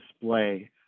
display